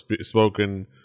spoken